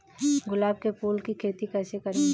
गुलाब के फूल की खेती कैसे करें?